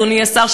אדוני השר,